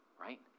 right